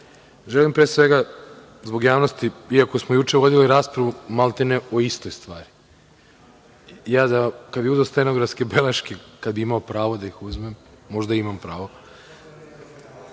želim pre svega zbog javnosti, iako smo juče vodili raspravu maltene o istoj stvari. Kada bih uzeo stenografske beleške, kada bih imao pravo da ih uzmem, možda imam pravo,